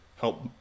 help